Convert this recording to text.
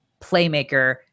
playmaker